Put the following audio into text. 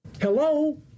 Hello